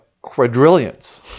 quadrillions